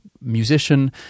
musician